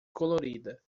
colorida